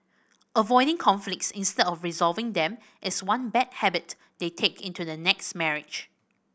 avoiding conflicts instead of resolving them is one bad habit they take into the next marriage